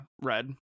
Red